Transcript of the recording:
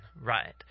Right